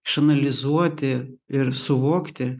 išanalizuoti ir suvokti